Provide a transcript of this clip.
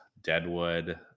Deadwood